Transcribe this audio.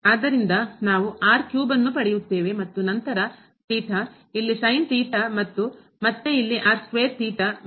ಆದ್ದರಿಂದ ನಾವು ಅನ್ನು ಪಡೆಯುತ್ತೇವೆ ಮತ್ತು ನಂತರ ಇಲ್ಲಿ sin ಥೀಟಾ ಮತ್ತು ಮತ್ತೆ ಇಲ್ಲಿ ಮತ್ತು